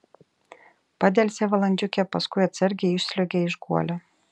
padelsė valandžiukę paskui atsargiai išsliuogė iš guolio